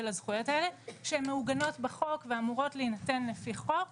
הזכויות האלה שהן מהוגנות בחוק ואמורות להינתן לפי חוק,